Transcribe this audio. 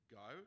go